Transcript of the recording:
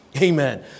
Amen